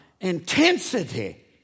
intensity